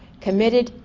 committed,